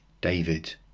David